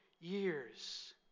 years